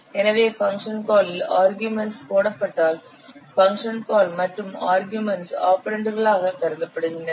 எனவே function call இல் arguments போடப்பட்டால் பங்க்ஷன் கால் மற்றும் ஆர்கியூமென்ட்ஸ் ஆபரெண்டுகளாக கருதப்படுகின்றன